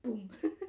boom